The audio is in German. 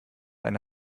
eine